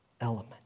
element